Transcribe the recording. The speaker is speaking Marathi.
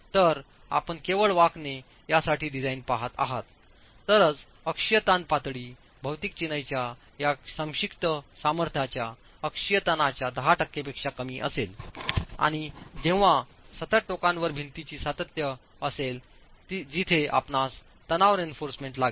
तर आपण केवळ वाकणे यासाठी डिझाइन पहात आहात तरच अक्षीय ताण पातळी भौतिक चिनाईच्या या संक्षिप्त सामर्थ्याच्या अक्षीय ताणच्या 10 टक्क्यांपेक्षा कमी असेल आणि जेव्हा सतत टोकांवर भिंतीची सातत्य असेल जिथे आपणास तणाव रीइन्फोर्समेंट लागेल